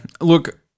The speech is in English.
look